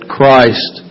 Christ